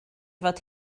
fod